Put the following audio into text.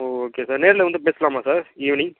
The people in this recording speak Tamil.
ஓ ஓகே சார் நேரில் வந்து பேசலாமா சார் ஈவ்னிங்